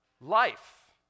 Life